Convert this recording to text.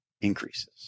increases